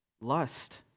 Lust